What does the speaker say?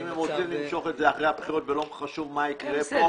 אם הם רוצים למשוך את זה עד אחרי הבחירות ולא חשוב מה יקרה כאן,